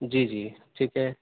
جی جی ٹھیک ہے